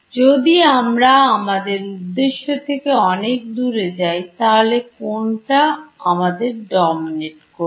যদি আমরা আমাদের উদ্দেশ্য থেকে অনেক দূরে যাই তাহলে কোনটা আমাদের ডমিনেট করবে